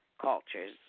cultures